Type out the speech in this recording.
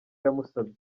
yamusabye